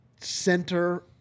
center